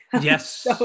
Yes